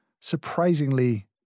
surprisingly